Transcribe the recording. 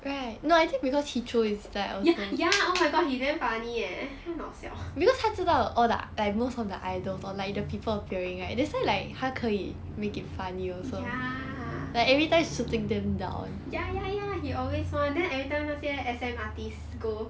ya ya oh my god he damn funny eh 很好笑 ya ya ya ya he always [one] then everytime 那些 S_M artist go